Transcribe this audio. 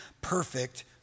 perfect